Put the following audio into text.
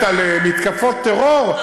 זו בושה וחרפה.